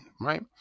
right